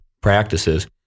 practices